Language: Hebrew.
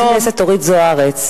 חברת הכנסת אורית זוארץ,